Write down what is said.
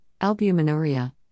albuminuria